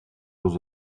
jeux